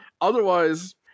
otherwise